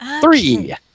Three